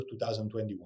2021